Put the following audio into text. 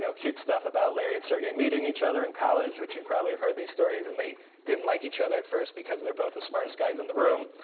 cute stuff about larry and sergey meeting each other in college, which you probably have heard these stories. and they didn't like each other at first, because they're both the smartest guys in the room.